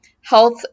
health